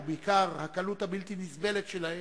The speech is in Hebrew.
ובעיקר הקלות הבלתי-נסבלת שלהם,